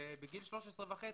בגיל 13 וחצי,